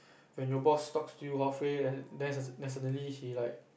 when your boss talks to you halfway then then suddenly he like